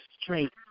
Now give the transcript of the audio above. straight